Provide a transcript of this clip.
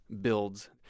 builds